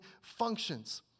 functions